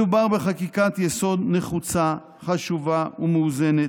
מדובר בחקיקת יסוד נחוצה, חשובה ומאוזנת,